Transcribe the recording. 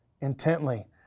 intently